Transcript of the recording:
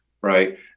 Right